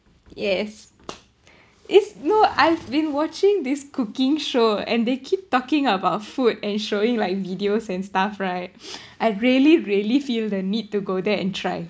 yes it's no I've been watching this cooking show and they keep talking about food and showing like videos and stuff right I really really feel the need to go there and try